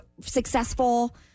successful